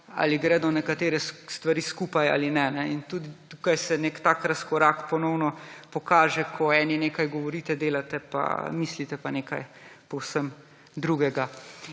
ali gredo nekatere stvari skupaj ali ne. Tudi tukaj se nek tak razkorak ponovno pokaže, ko eni nekaj govorite, delate, mislite pa nekaj povsem drugega.